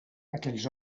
aquells